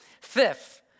Fifth